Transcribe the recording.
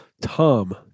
Tom